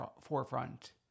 forefront